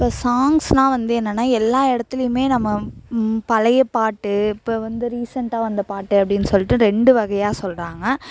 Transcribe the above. இப்போ சாங்ஸ்ன்னால் வந்து என்னென்னா எல்லா இடத்துலையுமே நம்ம பழைய பாட்டு இப்போ வந்து ரீசண்ட்டாக வந்த பாட்டு அப்படின் சொல்லிட்டு ரெண்டு வகையாக சொல்கிறாங்க